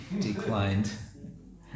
declined